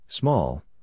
Small